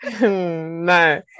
no